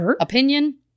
opinion